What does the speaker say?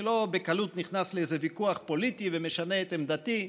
אני לא בקלות נכנס לאיזה ויכוח פוליטי ומשנה את עמדתי.